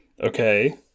Okay